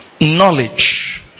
Knowledge